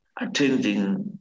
attending